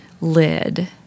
lid